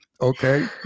okay